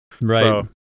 Right